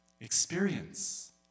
experience